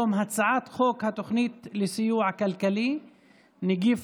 הצעת חוק התוכנית לסיוע כלכלי (נגיף